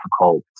difficult